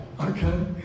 okay